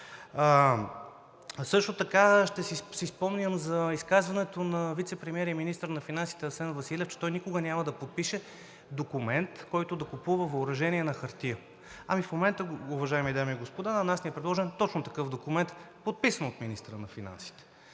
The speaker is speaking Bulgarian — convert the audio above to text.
Също така си спомням за изказването на вицепремиера и министър на финансите Асен Василев, че той никога няма да подпише документ, който да купува въоръжение на хартия. В момента, уважаеми дами и господа, на нас ни е предложен точно такъв документ, подписан от министъра на финансите!